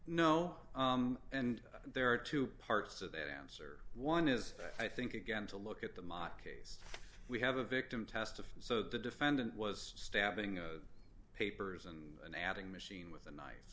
no and there are two parts to that answer one is i think again to look at the mob case we have a victim testify so the defendant was stabbing papers and adding machine with a knife